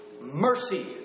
mercy